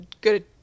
good